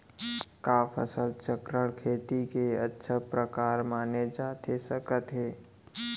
का फसल चक्रण, खेती के अच्छा प्रकार माने जाथे सकत हे?